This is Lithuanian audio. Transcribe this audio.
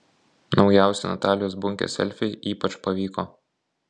naujausi natalijos bunkės selfiai ypač pavyko